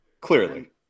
Clearly